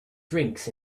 drinks